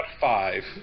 five